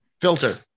Filter